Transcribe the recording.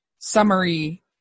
summary